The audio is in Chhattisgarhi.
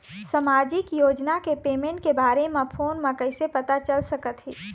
सामाजिक योजना के पेमेंट के बारे म फ़ोन म कइसे पता चल सकत हे?